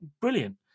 brilliant